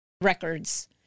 records